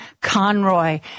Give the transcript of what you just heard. Conroy